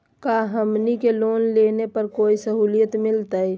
का हमनी के लोन लेने पर कोई साहुलियत मिलतइ?